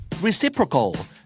Reciprocal